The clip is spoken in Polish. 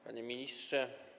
Panie Ministrze!